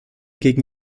gegen